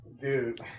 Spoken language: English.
Dude